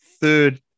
third